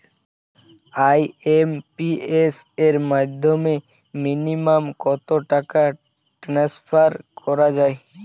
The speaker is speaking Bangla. আই.এম.পি.এস এর মাধ্যমে মিনিমাম কত টাকা ট্রান্সফার করা যায়?